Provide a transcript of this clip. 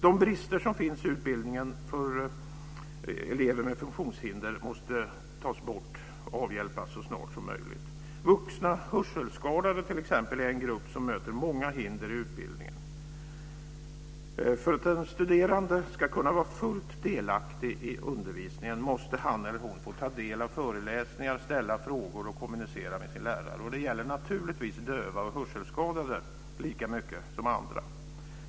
De brister som finns i utbildningen för elever med funktionshinder måste avhjälpas så snart som möjligt. Vuxna hörselskadade t.ex. är en grupp som möter många hinder i utbildningen. För att en studerande ska kunna var fullt delaktig i undervisningen måste han eller hon få ta del av föreläsningar, ställa frågor och kommunicera med sin lärare. Det gäller naturligtvis döva och hörselskadade lika mycket som andra.